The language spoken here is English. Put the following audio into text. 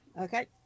Okay